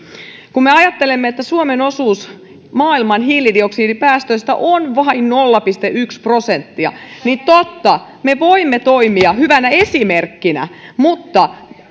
kun me ajattelemme että suomen osuus maailman hiilidioksidipäästöistä on vain nolla pilkku yksi prosenttia niin totta me voimme toimia hyvänä esimerkkinä mutta